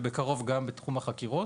ובקרוב גם בתחום החקירות.